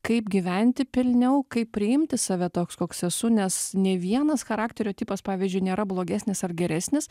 kaip gyventi pilniau kaip priimti save toks koks esu nes nė vienas charakterio tipas pavyzdžiui nėra blogesnis ar geresnis